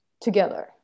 together